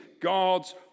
God's